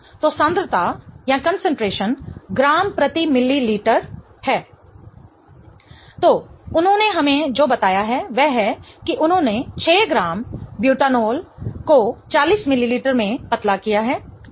तो सांद्रता ग्राम प्रति मिलीलीटर ह तो उन्होंने हमें जो बताया है वह है कि उन्होंने 6 ग्राम ब्यूटानॉल को 40 मिलीलीटर में पतला किया है सही